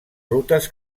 rutes